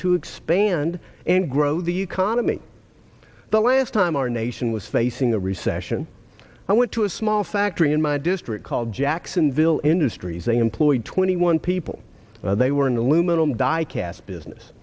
to expand and grow the economy the last time our nation was facing a recession i went to a small factory in my district called jacksonville industries they employed twenty one people they were in the luminal diecast business